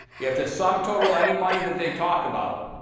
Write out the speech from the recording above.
you have to sum total any money that they talk about,